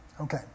Okay